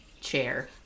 chair